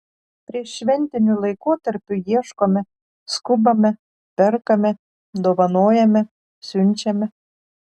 prieššventiniu laikotarpiu ieškome skubame perkame dovanojame siunčiame